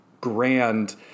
grand